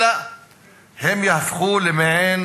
אלא הם יהפכו למעין